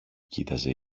κοίταζε